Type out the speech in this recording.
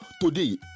today